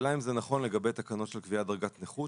השאלה אם זה נכון לגבי תקנות של קביעת דרגת נכות,